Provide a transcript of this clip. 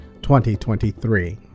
2023